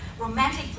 romantic